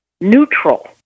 neutral